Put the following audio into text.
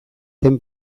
den